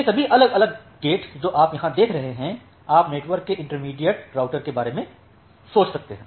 ये सभी अलग अलग गेट जो आप यहां देख रहे हैं आप नेटवर्क के इंटरमीडिएट राउटर के बारे में सोच सकते हैं